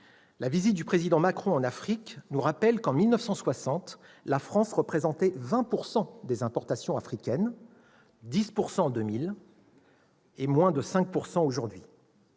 La visite du président Macron en Afrique nous rappelle que, en 1960, la France représentait 20 % des importations africaines, contre 10 % en 2000 et moins de 5 % aujourd'hui.